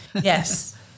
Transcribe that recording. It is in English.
Yes